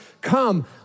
Come